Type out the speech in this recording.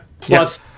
plus